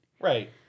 Right